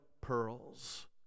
pearls